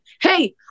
hey